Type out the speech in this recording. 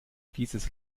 dieses